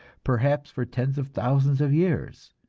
perhaps for tens of thousands of years.